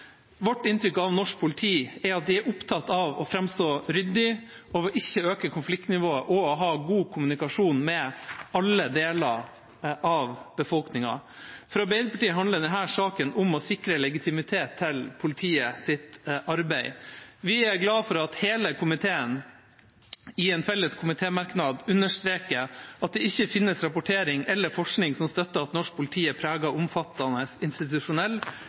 Vårt inntrykk av norsk politi er at de er opptatt av å framstå ryddig og ikke øke konfliktnivået, og også å ha god kommunikasjon med alle deler av befolkningen. For Arbeiderpartiet handler denne saken om å sikre legitimitet til politiets arbeid. Vi er glad for at hele komiteen i en felles komitémerknad understreker at det ikke finnes rapportering eller forskning som støtter at norsk politi er preget av omfattende institusjonell